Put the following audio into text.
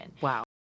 Wow